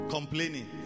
Complaining